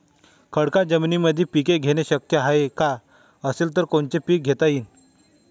खडकाळ जमीनीमंदी पिके घेणे शक्य हाये का? असेल तर कोनचे पीक घेता येईन?